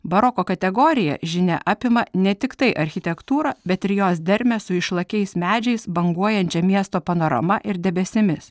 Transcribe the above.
baroko kategorija žinia apima ne tiktai architektūrą bet ir jos dermę su išlakiais medžiais banguojančia miesto panorama ir debesimis